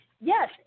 Yes